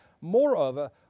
moreover